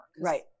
Right